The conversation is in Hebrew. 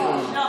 לשאול שאלה?